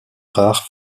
rares